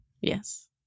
Yes